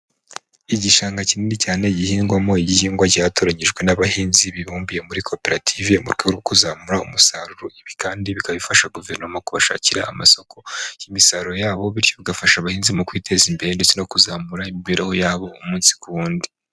Igishanga kinini cyane gihingwamo igihingwa cyatoranyijwe n'abahinzi bibumbiye muri koperative mu rwego rwo kuzamura umusaruro. Ibi kandi bikaba bifasha Guverinoma kubashakira amasoko y'imisaruro yabo, bityo bigafasha abahinzi mu kwiteza imbere ndetse no kuzamura imibereho yabo umunsi ku wundi.